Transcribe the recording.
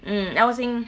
mm I was in